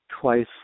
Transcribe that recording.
twice